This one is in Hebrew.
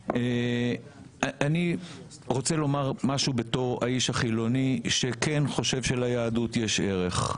אני רוצה לומר משהו בתור האיש החילוני שכן חושב שליהדות יש ערך.